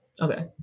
Okay